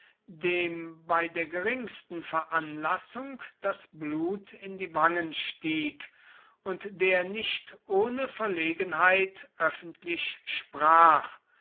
dem bei der geringsten veranlassung das blut in die wangen stieg und der nicht ohne verlegenheit öffentlich sprach